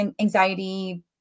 anxiety